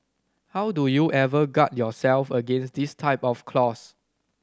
how do you ever guard yourself against this type of clause